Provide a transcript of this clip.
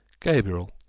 Gabriel